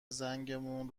زنگمون